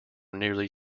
nearly